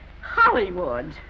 Hollywood